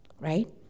right